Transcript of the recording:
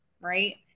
right